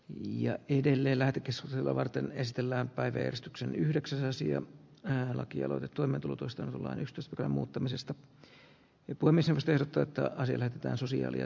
ja edelleen lähetekeskustelua varten esitellään taideostoksen yhdeksänsiä hän lakialoite toimentulotusta valaistus ja muuttamisesta vipuamisen esteitä tuottaa sille että sosiaali ja